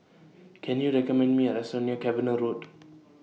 Can YOU recommend Me A Restaurant near Cavenagh Road